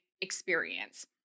experience